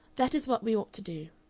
that is what we ought to do.